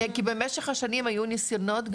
כי במשך השנים היו ניסיונות,